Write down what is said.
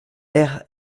air